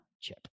chip